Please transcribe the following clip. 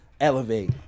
elevate